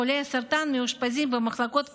חולי הסרטן מאושפזים במחלקות פנימיות,